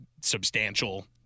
substantial